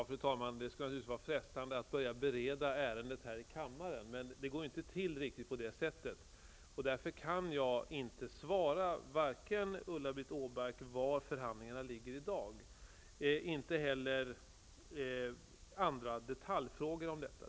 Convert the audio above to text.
Fru talman! Det är naturligtvis frestande att börja bereda ärendet här i kammaren, men det går inte till riktigt på det sättet. Jag kan därför inte svara Ulla-Britt Åbark hur långt förhandlingarna har kommit i dag, och jag kan heller inte svara på andra detaljfrågor om detta.